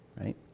right